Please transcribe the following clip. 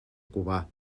cubà